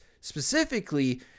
Specifically